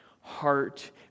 heart